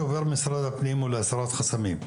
ממשרד הפנים הוא להסרת חסמים,